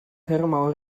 thermal